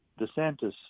DeSantis